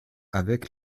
avec